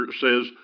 says